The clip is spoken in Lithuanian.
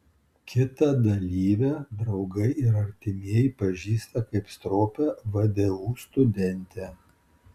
kitą dalyvę draugai ir artimieji pažįsta kaip stropią vdu studentę